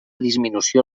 disminució